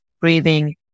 breathing